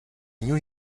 new